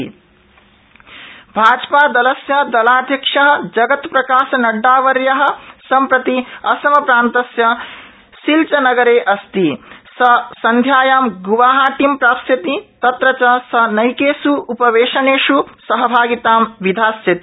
भाजपाध्यक्ष असम भाजपादलस्य दलाध्यक्ष जगत्प्रकाशनड्डावर्य सम्प्रति असमप्रान्तस्य सिल्चरनगरे अस्ति स संध्यायां ग्वाहाटीं प्राप्स्यति तत्र च स नैकेष् उपवेशनेष् सहभागितां विधास्यति